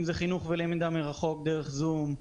אם זה חינוך ולמידה מרחוק דרך זום,